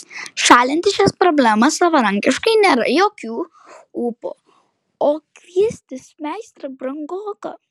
šalinti šias problemas savarankiškai nėra jokių ūpo o kviestis meistrą brangoka